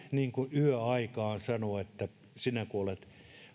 yöaikaan sanoa että sinä kun olet